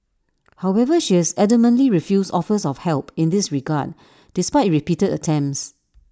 however she has adamantly refused offers of help in this regard despite repeated attempts